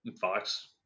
Fox